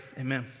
amen